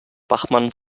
bachmann